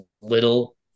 little